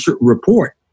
report